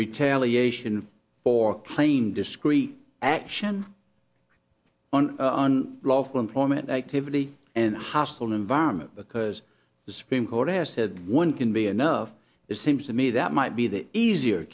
retaliation for plain discrete action on lawful employment activity and hostile environment because the supreme court has said one can be enough it seems to me that might be the easier